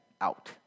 out